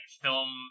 film